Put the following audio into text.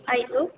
ಆಯಿತು